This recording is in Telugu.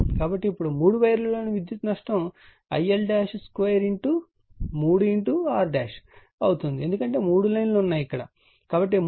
కాబట్టి ఇప్పుడు 3 వైర్లలోని విద్యుత్ నష్టం IL23R అవుతుంది ఎందుకంటే మూడు లైన్లు ఉన్నాయి కాబట్టి 3 R